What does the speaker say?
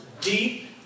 deep